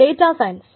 data science